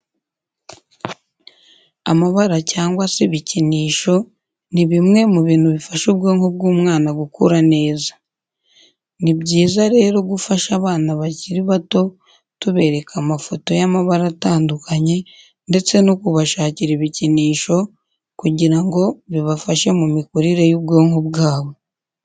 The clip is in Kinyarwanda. Amabara cyangwa se ibikinisho, ni bimwe mu bintu bifasha ubwonko bw’umwana gukura neza. Ni byiza rero gufasha abana bakiri bato tubereka amafoto y’amabara atandukanye ndetse no kubashakira ibikinisho kugira ngo bibafashe mu mikurire y’ubwonko bwabo.